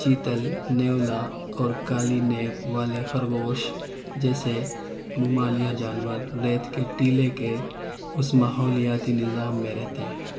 چیتل نیولا اور کالی نیپ والے خرگوش جیسے ممالیہ جانور ریت کے ٹیلے کے اس ماحولیاتی نظام میں رہتے ہیں